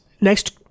next